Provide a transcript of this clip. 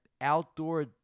outdoor